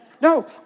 No